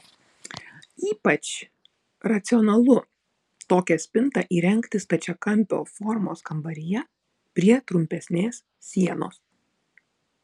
ypač racionalu tokią spintą įrengti stačiakampio formos kambaryje prie trumpesnės sienos